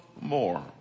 more